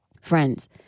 Friends